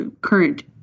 current